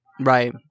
Right